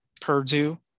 Purdue